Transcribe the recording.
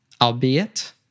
albeit